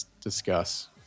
discuss